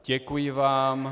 Děkuji vám.